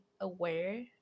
aware